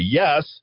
yes